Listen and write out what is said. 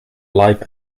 life